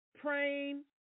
praying